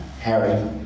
Harry